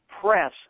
press